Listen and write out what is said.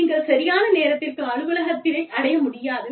நீங்கள் சரியான நேரத்திற்கு அலுவலகத்தை அடைய முடியாது